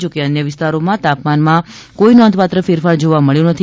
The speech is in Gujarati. જોકે અન્ય વિસ્તારોમાં તાપમાનમાં કોઈ નોંધપાત્ર ફેરફાર જોવા મળ્યો નથી